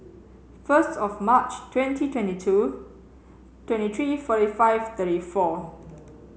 first of March twenty twenty two twenty three forty five thirty four